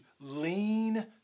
lean